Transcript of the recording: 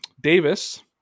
Davis